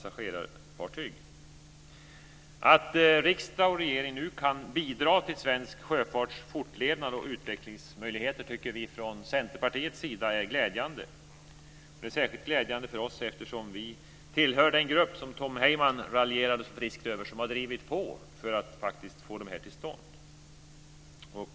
Att riksdag och regering nu kan bidra till svensk sjöfarts fortlevnad och utvecklingsmöjligheter tycker vi från Centerpartiets sida är glädjande. Det är säkert glädjande för oss eftersom vi tillhör den grupp som Tom Heyman raljerade så friskt över, dvs. som har drivit på för att faktiskt få dem till stånd.